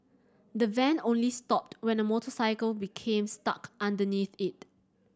the van only stopped when a motorcycle became stuck underneath it